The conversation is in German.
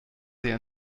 sehr